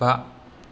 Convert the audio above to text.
बा